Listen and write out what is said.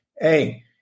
Hey